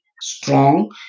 strong